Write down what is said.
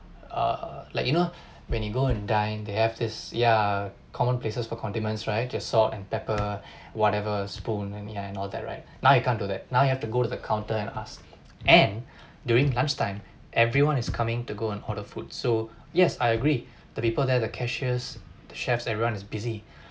err like you know when you go and dine they have this ya common places for condiments right ya salt and pepper whatever spoon and yeah and all that right now you can't do that now you have to go to the counter and ask and during lunch time everyone is coming to go and order food so yes I agree the people there the cashiers the chefs everyone is busy